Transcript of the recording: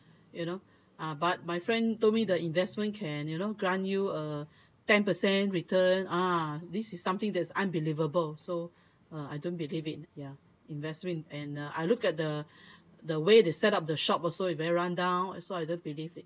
you know ah but my friend told me the investment can you know grant you uh ten percent returns ah this is something that is unbelievable so uh I don't believe it ya investment and I look at the the way they set up the shop also very rundown so I don't believe it